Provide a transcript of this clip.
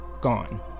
gone